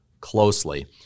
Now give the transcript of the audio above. closely